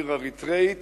עיר אריתריאית,